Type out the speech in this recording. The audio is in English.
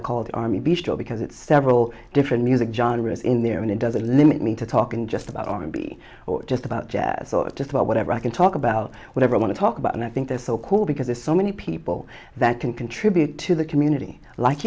i called army bistro because it's several different music genres in there and it doesn't limit me to talking just about r and b or just about jazz or just about whatever i can talk about whatever i want to talk about and i think they're so cool because there's so many people that can contribute to the community like